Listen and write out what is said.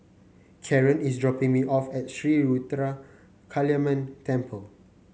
Karren is dropping me off at Sri Ruthra Kaliamman Temple